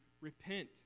repent